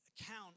account